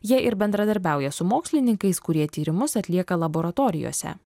jie ir bendradarbiauja su mokslininkais kurie tyrimus atlieka laboratorijose